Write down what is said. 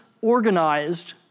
organized